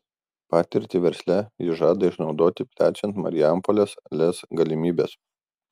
patirtį versle jis žada išnaudoti plečiant marijampolės lez galimybes